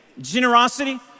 Generosity